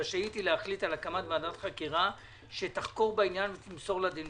בהחלטה על הקמת ועדת חקירה תגדיר הממשלה את העניין שיהיה נושא